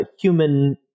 human